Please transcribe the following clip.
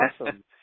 awesome